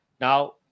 Now